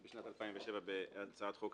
אנחנו נעבור תיקון-תיקון ואתם תחליטו.